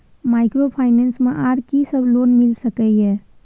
Microfinance मे आर की सब लोन मिल सके ये?